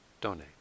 donate